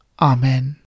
Amen